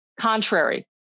contrary